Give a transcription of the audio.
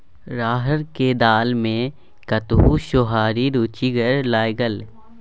राहरिक दालि मे कतहु सोहारी रुचिगर लागय?